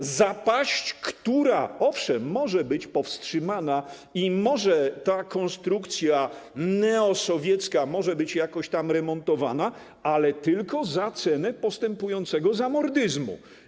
Ta zapaść, owszem, może być powstrzymana i ta konstrukcja neosowiecka może być jakoś tam remontowana, ale tylko za cenę postępującego zamordyzmu.